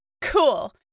cool